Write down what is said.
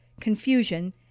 confusion